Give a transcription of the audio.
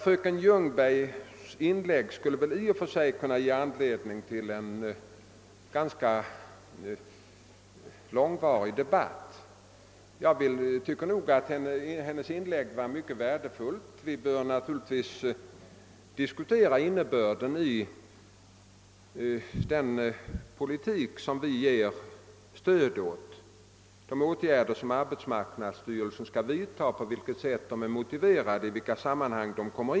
Fröken Ljungbergs inlägg skulle väl i och för sig kunna ge anledning till en ganska långvarig debatt. Hennes inlägg var mycket värdefullt. Vi bör naturligtvis diskutera innebörden av den politik som vi ger stöd åt och på vilket sätt arbetsmarknadsstyrelsens åtgärder är motiverade.